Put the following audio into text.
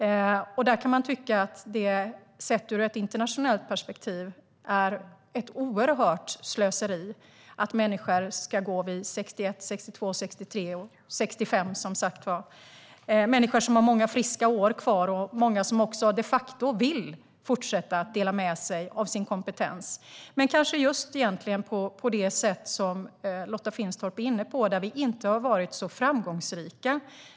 Sett ur ett internationellt perspektiv kan man som sagt tycka att det är ett oerhört slöseri att människor ska gå vid 61, 62, 63 eller 65 år - människor som har många friska år kvar varav många de facto vill fortsätta dela med sig av sin kompetens, kanske på det sätt som Lotta Finstorp är inne på och där vi inte har varit så framgångsrika.